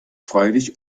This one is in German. freilich